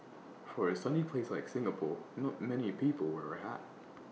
for A sunny place like Singapore not many people wear A hat